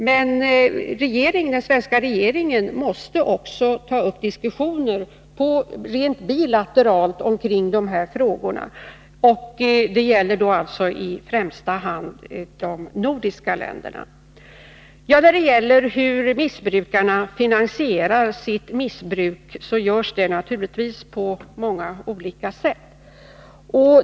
Men den svenska regeringen måste även ta upp diskussioner rent bilateralt om de här frågorna. Det gäller alltså i första hand de nordiska länderna. Beträffande missbrukarnas finansiering av sitt missbruk kan sägas att denna naturligtvis sker på många olika sätt.